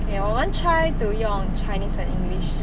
K 我们 try to 用 chinese and english